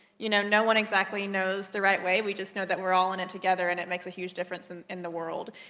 you know, no one exactly knows the right way, we just know that we're all in it together, and it makes a huge difference in, in the world.